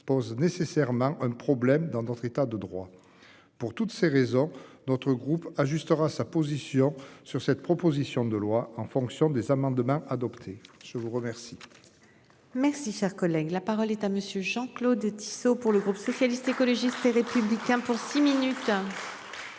pose nécessairement un problème dans d'autres États de droit. Pour toutes ces raisons, notre groupe ajustera sa position sur cette proposition de loi en fonction des amendements adoptés. Je vous remercie. Merci, cher collègue, la parole est à monsieur Jean-Claude Tissot pour le groupe socialiste, écologiste et républicain pour six minutes.